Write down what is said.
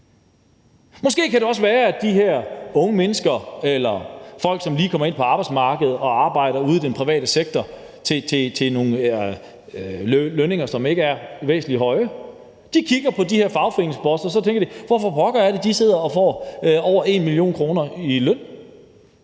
Måske kan det også være, at de her unge mennesker eller folk, som lige kommer ind på arbejdsmarkedet og arbejder ude i den private sektor til nogle lønninger, som ikke er særlig høje, kigger på de her fagforeningsbosser og tænker, hvorfor pokker det er, de sidder og får over 1 mio. kr. i løn.